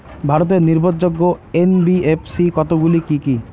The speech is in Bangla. ভারতের নির্ভরযোগ্য এন.বি.এফ.সি কতগুলি কি কি?